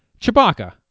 Chewbacca